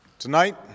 Tonight